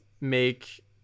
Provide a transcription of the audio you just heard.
make